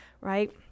right